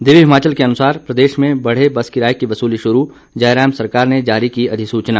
दिव्य हिमाचल के अनुसार प्रदेश में बढ़े बस किराये की वसूली शुरू जयराम सरकार ने जारी की अधिसूचना